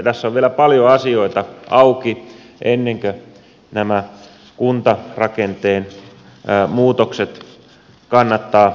tässä on vielä paljon asioita auki ennen kuin nämä kuntarakenteen muutokset kannattaa miettiä